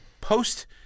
Post